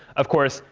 of course,